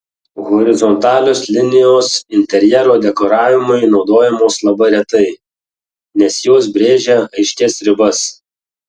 horizontalios linijos interjero dekoravimui naudojamos labai retai nes jos brėžia aiškias ribas